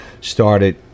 started